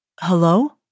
Hello